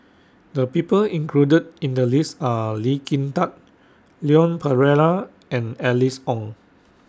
The People included in The list Are Lee Kin Tat Leon Perera and Alice Ong